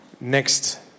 Next